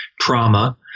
Trauma